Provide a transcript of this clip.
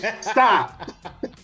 Stop